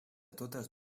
totes